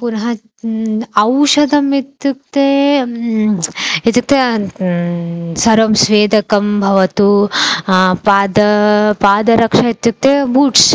पुनः औषधम् इत्युक्ते इत्युक्ते सर्वं स्वेदकं भवतु पादः पादरक्षा इत्युक्ते बूट्स्